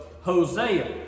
Hosea